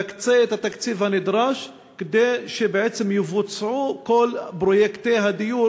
תקצה את התקציב הנדרש כדי שבעצם יבוצעו כל פרויקטי הדיור